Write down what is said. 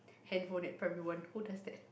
hand phone at primary one who does that